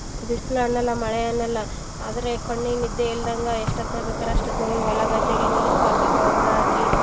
ಬಿಸ್ಲು ಅನ್ನೋಲ್ಲ ಮಳೆ ಅನ್ನೋಲ್ಲ ಆದರೆ ಕಣ್ಣಿಗೆ ನಿದ್ದೆ ಇಲ್ದಂಗೆ ಎಷ್ಟೊತ್ತಿಗೆ ಬೇಕಾರೆ ಅಷ್ಟೊತ್ನೊಯ್ ಹೊಲ ಗದ್ದೆಗೆ ನೀರು ಕಟ್ಟಿ ಗೊಬ್ಬರ ಹಾಕಿ